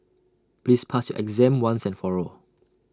please pass your exam once and for all